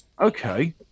Okay